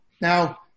Now